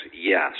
Yes